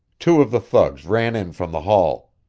two of the thugs ran in from the hall.